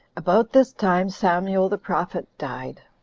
about this time samuel the prophet died.